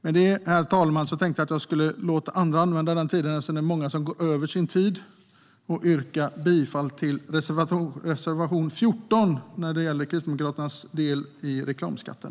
Med det, herr talman, tänkte jag låta andra använda tiden - det är många som överskrider sin talartid - och yrka bifall till Kristdemokraternas reservation 14 om reklamskatten.